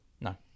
No